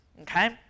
Okay